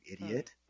idiot